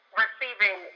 receiving